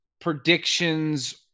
predictions